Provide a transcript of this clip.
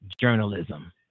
journalism